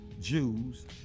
Jews